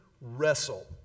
wrestle